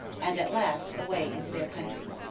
and at last away into their country.